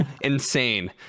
insane